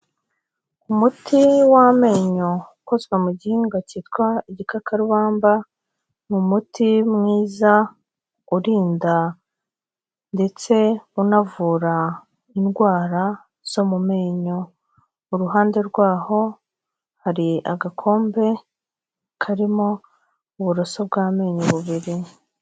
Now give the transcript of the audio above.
Umuti w'amenyo ukozwe mu gihingwa cyitwa igikakarubamba, ni umuti mwiza urinda ndetse unavura indwara zo mu menyo. Uruhande rwaho, hari agakombe karimo uburoso bw'amenyo bubiri.